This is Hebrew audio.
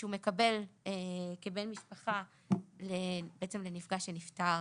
שהוא מקבל כבן משפחה לנפגע שנפטר,